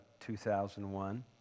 2001